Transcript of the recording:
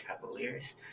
Cavaliers